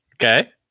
Okay